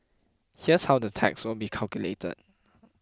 here's how the tax will be calculated